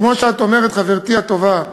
כמו שאת אומרת, חברתי הטובה,